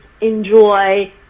enjoy